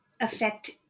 affect